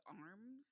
arms